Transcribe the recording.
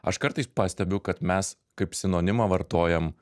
aš kartais pastebiu kad mes kaip sinonimą vartojam